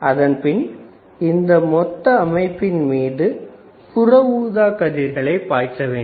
அதன்பின் இந்த மொத்த அமைப்பின் மீதும் புற ஊதாக் கதிர்களை பாய்ச்சவேண்டும்